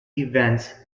events